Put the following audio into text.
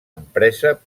empresa